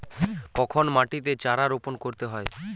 কখন মাটিতে চারা রোপণ করতে হয়?